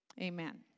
Amen